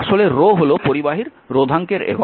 আসলে রো হল পরিবাহীর রোধাঙ্কের একক